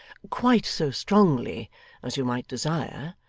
quite so strongly as you might desire,